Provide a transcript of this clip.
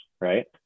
right